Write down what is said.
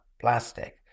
plastic